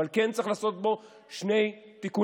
אבל כן צריך לעשות בו שני תיקונים.